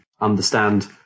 understand